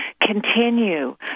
continue